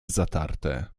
zatarte